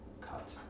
cut